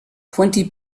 twenty